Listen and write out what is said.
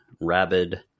Rabid